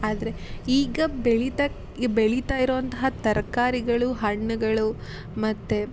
ಆದರೆ ಈಗ ಬೆಳಿತಕ್ಕ ಬೆಳಿತಾ ಇರುವಂತಹ ತರಕಾರಿಗಳು ಹಣ್ಣಗಳು ಮತ್ತು